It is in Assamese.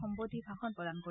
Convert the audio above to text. সম্বোধি ভাষণ প্ৰদান কৰিব